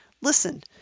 listen